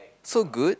so good